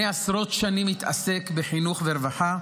אני עשרות שנים מתעסק בחינוך וברווחה,